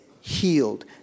healed